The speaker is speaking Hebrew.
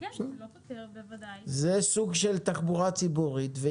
זה סוג של תחבורה ציבורית.